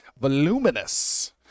Voluminous